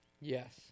Yes